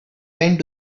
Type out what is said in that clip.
went